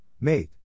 mate